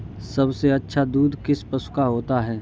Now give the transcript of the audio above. सबसे अच्छा दूध किस पशु का होता है?